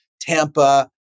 Tampa